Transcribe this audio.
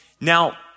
Now